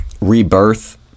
Rebirth